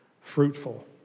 fruitful